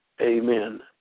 amen